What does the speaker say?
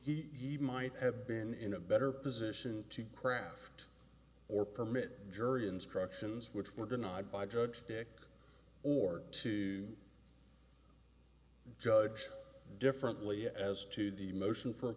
would he might have been in a better position to craft or permit jury instructions which were denied by judge dick or to judge differently as to the motion for